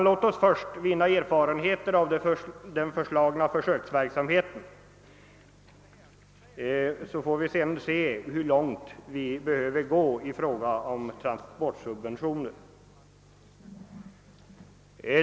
Låt oss först vinna erfarenheter av den föreslagna försöksverksamheten; därefter kan vi bestämma hur långt vi bör gå i fråga om transportsubventioner.